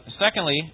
secondly